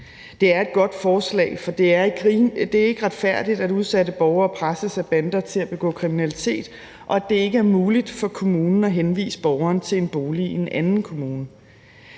Det er et godt forslag, for det er ikke retfærdigt, at udsatte borgere presses af bander til at begå kriminalitet, og at det ikke er muligt for kommunen at henvise borgerne til en bolig i en anden kommune.